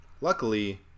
Luckily